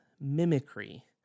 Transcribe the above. mimicry